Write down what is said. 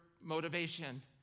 motivation